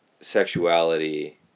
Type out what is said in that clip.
sexuality